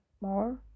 more